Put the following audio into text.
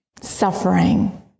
suffering